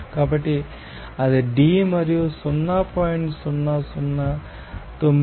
కాబట్టి అది D మరియు 0